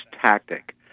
tactic